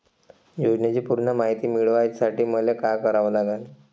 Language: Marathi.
योजनेची पूर्ण मायती मिळवासाठी मले का करावं लागन?